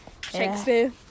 Shakespeare